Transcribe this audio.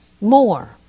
More